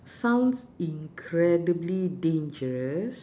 sounds incredibly dangerous